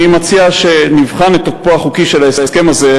אני מציע שנבחן את תוקפו החוקי של ההסכם הזה,